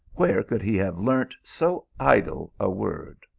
where could he have learnt so idle a word?